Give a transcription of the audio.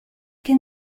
che